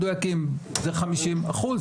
רק מבחנים זה הדרך ושום דבר אחר לא.